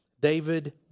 David